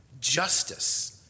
justice